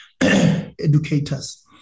educators